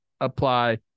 apply